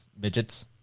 midgets